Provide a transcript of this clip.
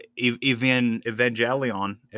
Evangelion